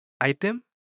item